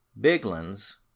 Bigland's